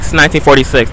1946